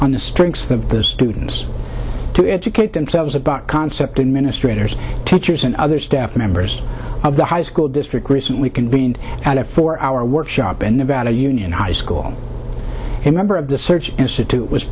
on the strength of the students to educate themselves a concept administrator teachers and other staff members of the high school district recently convened for our workshop in nevada union high school a member of the search institute was